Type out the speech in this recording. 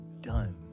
done